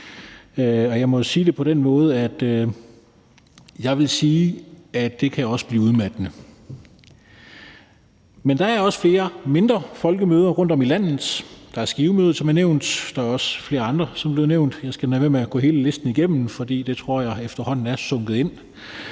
jeg må sige det på den måde, at det kan også blive udmattende. Men der er også flere mindre folkemøder rundtom i landet. Der er Skivemødet, som er nævnt. Der er også flere andre, som er blevet nævnt. Jeg skal lade være med at gå hele listen igennem, for det tror jeg efterhånden er sunket ind.